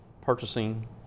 purchasing